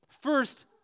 First